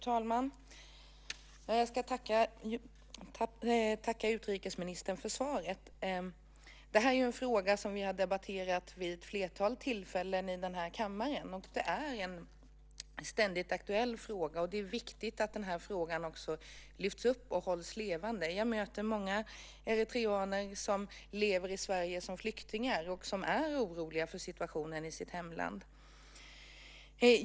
Fru talman! Jag tackar utrikesministern för svaret. Det här är en fråga som vi har debatterat vid ett flertal tillfällen i kammaren, och det är en ständigt aktuell fråga. Det är viktigt att frågan också lyfts upp och hålls levande. Jag möter många eritreaner som lever i Sverige som flyktingar och som är oroliga för situationen i sitt hemland.